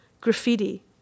graffiti